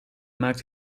maakt